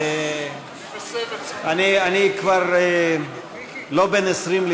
אני כבר לא בן 20,